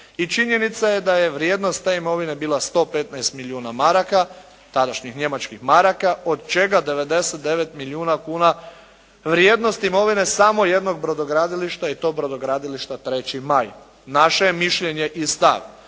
činjenica je da je vrijednost te imovine bila 115 milijuna maraka, tadašnjih njemačkih maraka od čega 99 milijuna kuna vrijednost imovine samo jednog brodogradilišta i to Brodogradilišta "3. maj". Naše je mišljenje i stav